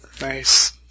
Nice